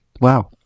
wow